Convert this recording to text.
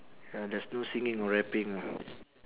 ya there's no singing or rapping ah